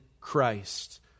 Christ